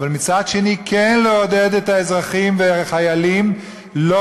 אבל מצד שני כן לעודד את האזרחים והחיילים לא